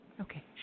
Okay